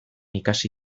ikasi